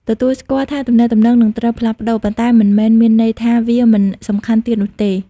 ទទួលស្គាល់ថាទំនាក់ទំនងនឹងត្រូវផ្លាស់ប្តូរ ប៉ុន្តែមិនមែនមានន័យថាវាមិនសំខាន់ទៀតនោះទេ។